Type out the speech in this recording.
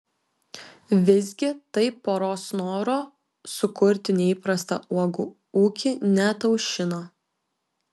visgi tai poros noro sukurti neįprastą uogų ūkį neataušino